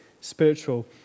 spiritual